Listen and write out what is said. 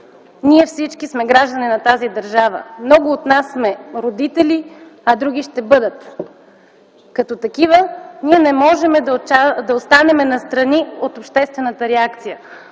ние всички сме граждани на тази държава. Много от нас сме родители, а други ще бъдат. Като такива не можем да останем настрани от обществената реакция,